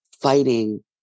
fighting